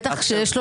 בכנסות